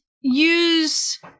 use